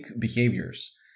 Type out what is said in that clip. behaviors